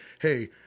hey